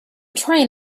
train